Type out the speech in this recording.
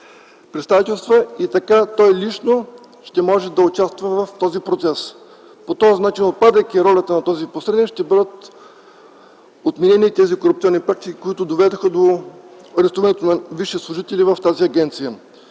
представителства и така ще може да участва в този процес. По този начин, отпадайки ролята на този посредник, ще бъдат отменени корупционните практики, които доведоха до арестуването на висши служители в тази агенция.